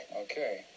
Okay